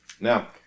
Now